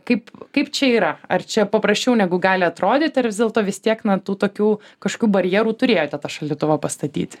kaip kaip čia yra ar čia paprasčiau negu gali atrodyti ar vis dėlto vis tiek na tų tokių kažkokių barjerų turėjote tą šaldytuvą pastatyti